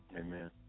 Amen